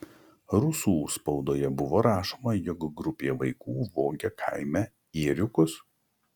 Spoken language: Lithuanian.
rusų spaudoje buvo rašoma jog grupė vaikų vogė kaime ėriukus